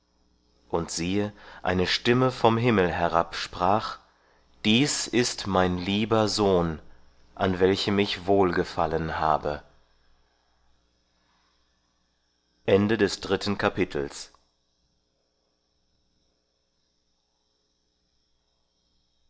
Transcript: und siehe eine stimme vom himmel herab sprach dies ist mein lieber sohn an welchem ich wohlgefallen habe